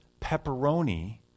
pepperoni